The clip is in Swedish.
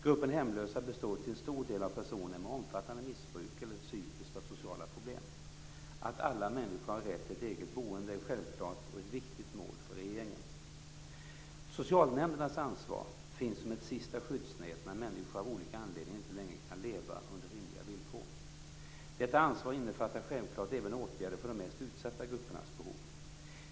Gruppen hemlösa består till stor del av personer med omfattande missbruk eller psykiska och sociala problem. Att alla människor har rätt till ett eget boende är självklart och ett viktigt mål för regeringen. Socialnämndernas ansvar finns som ett sista skyddsnät när människor av olika anledningar inte längre kan leva under rimliga villkor. Detta ansvar innefattar självklart även åtgärder för de mest utsatta gruppernas behov.